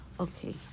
Okay